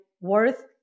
worth